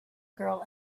girl